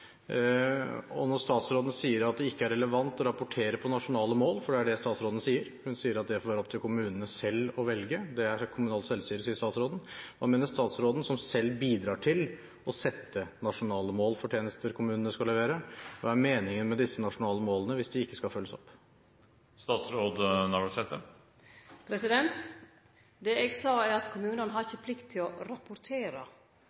Statsråden sier at det ikke er relevant å rapportere om nasjonale mål, for det er det statsråden sier. Hun sier at det får være opp til kommunene selv å velge, for det er kommunalt selvstyre. Hva mener statsråden – som selv bidrar til å sette nasjonale mål for tjenester kommunene skal levere – er meningen med disse nasjonale målene, hvis de ikke skal følges opp? Det eg sa, er at kommunane ikkje har